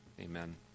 Amen